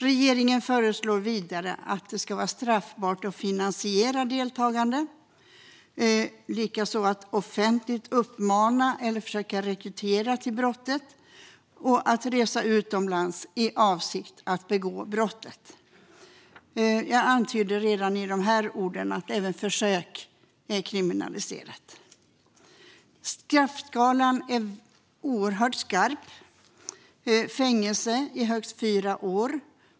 Regeringen föreslår vidare att det ska vara straffbart att finansiera deltagande i en terroristorganisation, att offentligt uppmana eller försöka rekrytera till brottet och att resa utomlands i avsikt att begå brottet. Jag antyder redan med de här orden att även försök är kriminaliserat. Straffskalan är oerhört skarp: fängelse i högst 4 år.